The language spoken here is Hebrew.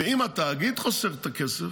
אם התאגיד חוסך את הכסף,